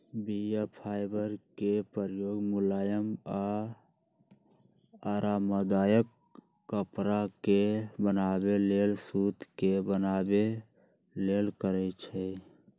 बीया फाइबर के प्रयोग मुलायम आऽ आरामदायक कपरा के बनाबे लेल सुत के बनाबे लेल करै छइ